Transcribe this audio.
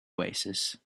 oasis